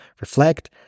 reflect